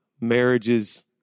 marriages